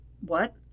What